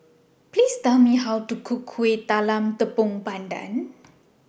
Please Tell Me How to Cook Kueh Talam Tepong Pandan